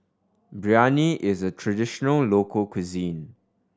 biryani is a traditional local cuisine